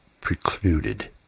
precluded